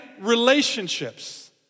relationships